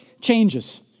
changes